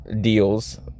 deals